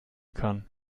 kann